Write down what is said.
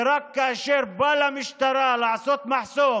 ורק כאשר בא למשטרה לעשות מחסום